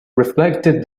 reflected